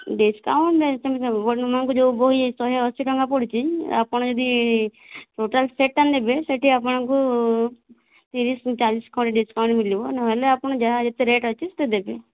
discount ତୁମେ ଯେଉଁ ବହି ଶହେ ଅଶି ଟଙ୍କା ପଡ଼ୁଛି ଆପଣ ଯଦି ଟୋଟାଲ୍ ସେଟ୍ଟା ନେବେ ସେଠି ଆପଣଙ୍କୁ ତିରିଶ ଚାଳିଶ ଖଣ୍ଡେ ଡିସ୍କାଉଣ୍ଟ ମିଲିବ ନହେଲେ ଆପଣ ଯାହା ଯେତେ ରେଟ୍ ଅଛି ସେତେ ଦେବେ